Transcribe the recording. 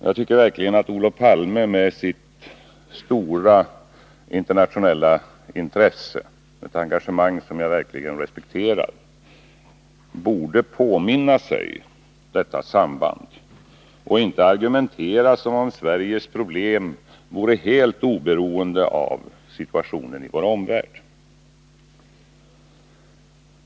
Jag tycker verkligen att Olof Palme med sitt stora internationella intresse — ett engagemang som jag verkligen respekterar — borde påminna sig detta samband och inte argumentera som om Sveriges problem vore helt oberoende av situationen i vår omvärld.